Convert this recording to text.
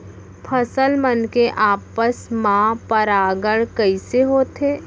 फसल मन के आपस मा परागण कइसे होथे?